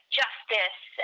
justice